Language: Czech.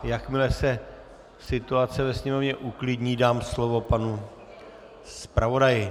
Jakmile se situace ve sněmovně uklidní, dám slovo panu zpravodaji.